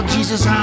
Jesus